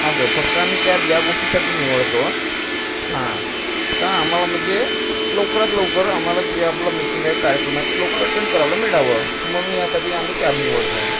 हा सर फक्त आम्ही कॅब या गोष्टीसाठी निवडतो हां का आम्हाला म्हणजे लवकरात लवकर आम्हाला जे आपलं मीटिंग आहे कार्यक्रम आहे ते लवकर अटेंड करायला मिळावं म्हणून यासाठी आम्ही कॅब निवडतो